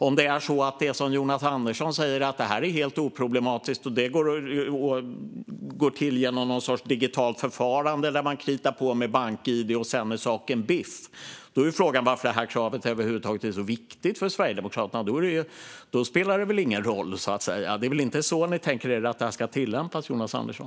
Om det är som Jonas Andersson säger att detta är helt oproblematiskt - att det hela sköts genom ett digitalt förfarande där man kritar på med bank-id och sedan är saken biff - är frågan varför det över huvud taget är så viktigt för Sverigedemokraterna. Då spelar det väl ingen roll, så att säga? Det är väl inte på det sättet ni tänker er att detta ska tillämpas, Jonas Andersson?